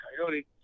Coyote